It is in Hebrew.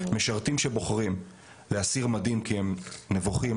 משרתים שבוחרים להסיר מדים כי הם נבוכים,